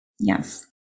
yes